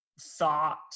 thought